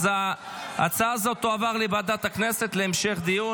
ההצעה הזאת תעבור לוועדת הכנסת להמשך דיון.